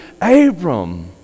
Abram